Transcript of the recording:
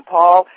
Paul